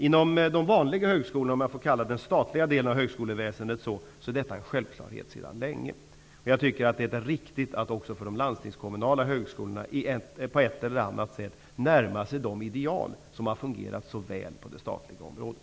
Inom de vanliga högskolorna -- om jag får kalla den statliga delen av högskoleväsendet så -- är detta sedan länge en självklarhet. Jag tycker att det är riktigt att även de landstingskommunala högskolorna på ett eller annat sätt närmar sig de ideal som har fungerat så väl på det statliga området.